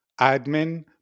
admin